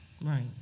Right